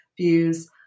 views